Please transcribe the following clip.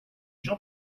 jean